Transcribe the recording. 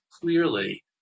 clearly